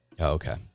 okay